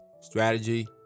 strategy